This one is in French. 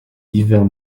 divers